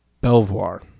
Belvoir